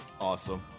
Awesome